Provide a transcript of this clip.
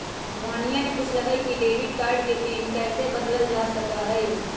मोहिनीया ने पूछल कई कि डेबिट कार्ड के पिन कैसे बदल्ल जा सका हई?